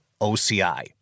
OCI